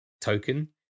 token